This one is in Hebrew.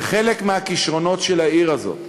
זה חלק מהכישרונות של העיר הזאת.